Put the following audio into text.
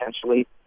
potentially